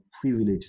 privileged